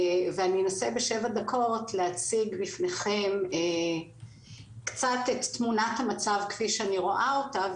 אני אנסה בשבע דקות להציג בפניכם את תמונת המצב כפי שאני רואה אותה,